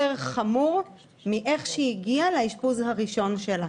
חמור מאיך שהיא הגיעה לאשפוז הראשון שלה.